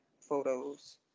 photos